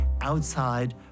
outside